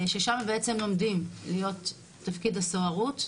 ששם הם בעצם לומדים להיות תפקיד הסוהרות,